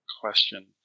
question –